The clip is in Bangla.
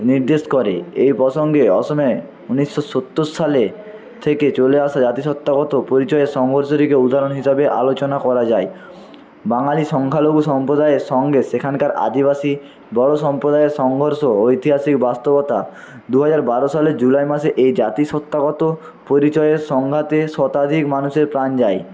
নির্দেশ করে এই প্রসঙ্গে অসমে উনিশশো সত্তর সালে থেকে চলে আসা জাতিসত্তাগত পরিচয় উদাহরণ হিসাবে আলোচনা করা যায় বাঙালি সংখ্য়ালঘু সম্প্রদায়ের সঙ্গে সেখানকার আদিবাসী বড়ো সম্প্রদায়ের সংঘর্ষ ঐতিহাসিক বাস্তবতা দুহাজার বারো সালের জুলাই মাসে এই জাতিসত্তাগত পরিচয়ের সংঘাতে শতাধিক মানুষের প্রাণ যায়